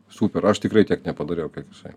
super aš tikrai tiek nepadariau kaip jisai